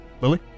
Lily